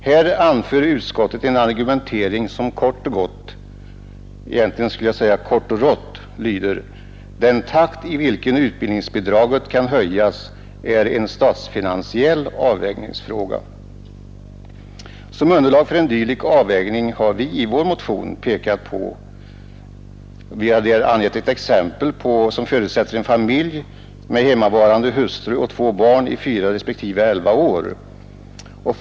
Här anför utskottet en argumentering som kort och gott — egentligen skulle jag säga kort och rått — lyder: ”Den takt i vilken utbildningsbidraget kan höjas är en statsfinansiell avvägningsfråga.” Som underlag för en dylik avvägning har vi i vår motion som exempel anfört följande fakta beträffande en familj med hemmavarande hustru och två barn i åldern 4 respektive 11 år.